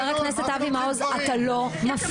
חבר הכנסת אבי מעוז, אתה לא מפריע.